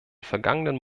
vergangenen